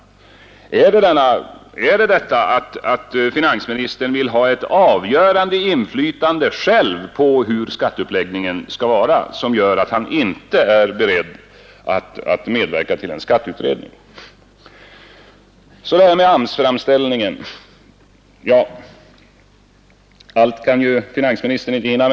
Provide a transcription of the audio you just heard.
Är det så att finansministern själv vill ha det avgörande inflytandet på skattefrågorna? Är det därför som finansministern inte är beredd att medverka till en skatteutredning? Så några ord om AMS-framställningen. Finansministern kan ju inte hinna med allt.